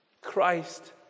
Christ